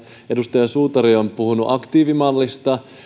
edustaja suutari puhunut aktiivimallista